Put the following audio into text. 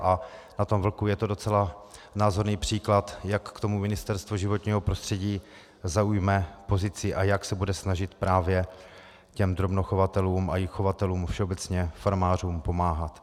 A na tom vlku je to docela názorný příklad, jak k tomu Ministerstvo životního prostředí zaujme pozici a jak se bude snažit právě těm drobnochovatelům a chovatelům všeobecně, farmářům, pomáhat.